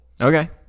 Okay